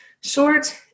short